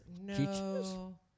No